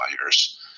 buyers